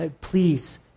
please